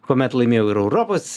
kuomet laimėjau ir europos